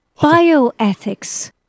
Bioethics